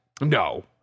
no